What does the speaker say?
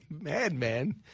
madman